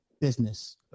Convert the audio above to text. business